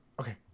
Okay